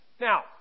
Now